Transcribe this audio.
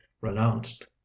renounced